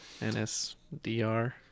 NSDR